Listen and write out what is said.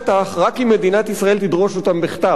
רק אם מדינת ישראל תדרוש אותן בכתב.